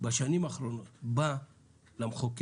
בשנים האחרונות, בא למחוקק